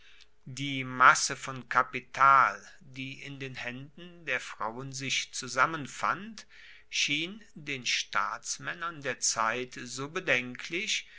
die masse von kapital die in den haenden der frauen sich zusammenfand schien den staatsmaennern der zeit so bedenklich